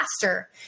faster